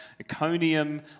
Iconium